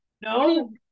No